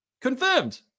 Confirmed